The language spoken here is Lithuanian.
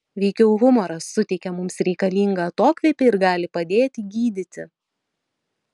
veikiau humoras suteikia mums reikalingą atokvėpį ir gali padėti gydyti